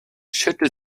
schüttelt